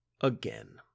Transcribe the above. again